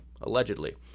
allegedly